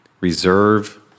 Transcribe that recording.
Reserve